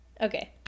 Okay